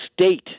state